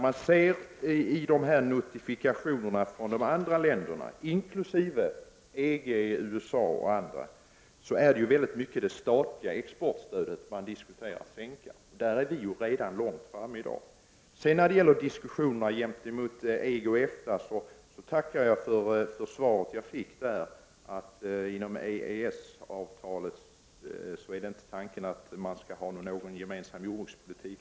Vi ser ju i notifikationerna från de andra länderna, inkl. EG och USA, att det är det statliga exportstödet som man planerar att sänka. Där är vi redan långt framme i dag. När det sedan gäller diskussionerna om EFTA och EG tackar jag för det svar som jag har fått, att det inte är tänkt att inom ramen för EES-avtalet ha någon gemensam jordbrukspolitik.